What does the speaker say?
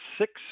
six